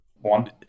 one